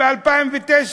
וב-2009,